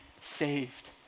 saved